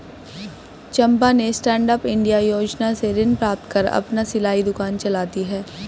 चंपा ने stand up India योजना से ऋण प्राप्त कर अपना सिलाई दुकान चलाती है